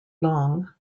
long